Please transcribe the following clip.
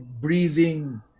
breathing